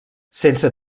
sense